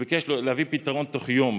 וביקש להביא פתרון תוך יום,